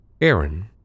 Aaron